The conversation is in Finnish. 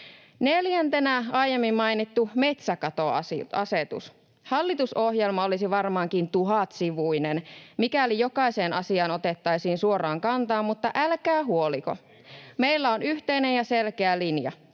Neljäntenä, aiemmin mainittu metsäkatoasetus: Hallitusohjelma olisi varmaankin tuhatsivuinen, mikäli jokaiseen asiaan otettaisiin suoraan kantaa, mutta älkää huoliko, meillä on yhteinen ja selkeä linja: